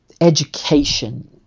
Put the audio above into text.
education